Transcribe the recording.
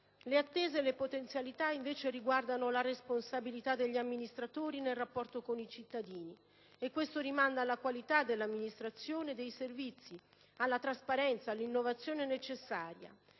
Le attese e le potenzialità invece riguardano la responsabilità degli amministratori nel rapporto con i cittadini e questo rimanda alla qualità dell'amministrazione, dei servizi, alla trasparenza, all'innovazione necessaria,